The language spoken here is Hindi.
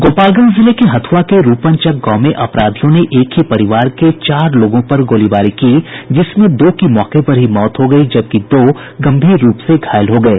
गोपालगंज जिले के हथुआ के रूपनचक गांव में अपराधियों ने एक ही परिवार के चार लोगों पर गोलीबारी की जिसमें दो की मौके पर ही मौत हो गयी जबकि दो गम्भीर रूप से घायल हो गये